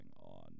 on